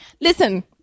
Listen